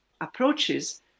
approaches